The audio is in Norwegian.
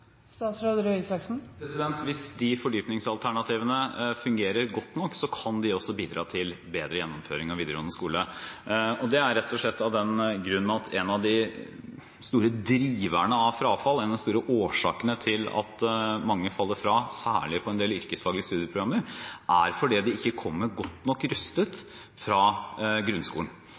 Hvis de fordypningsalternativene fungerer godt nok, kan de også bidra til bedre gjennomføring av videregående skole. Det er rett og slett av den grunn at en av de store driverne av frafall, en av de store årsakene til at mange faller fra, særlig på en del yrkesfaglige studieprogrammer, er at de ikke kommer godt nok rustet fra grunnskolen.